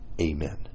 Amen